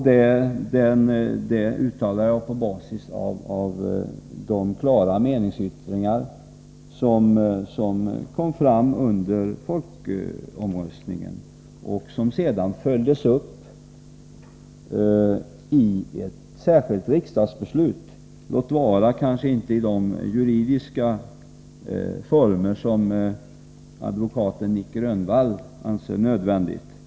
Detta uttalar jag på grundval av de klara meningsyttringar som kom fram under folkomröstningen och som sedan följdes upp i ett särskilt riksdagsbeslut — låt vara kanske inte i de juridiska former som advokaten Nic Grönvall anser nödvändiga.